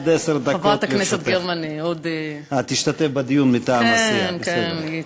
חברת הכנסת גרמן עוד, תשתתף בדיון מטעם הסיעה.